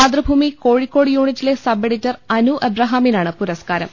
മാതൃഭൂമി കോഴിക്കോട് യൂനിറ്റിലെ sub editor Anu അബ്രഹാമിനാണ് പുര്സ്കാരം